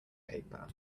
paper